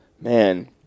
man